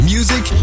Music